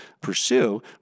pursue